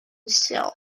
cell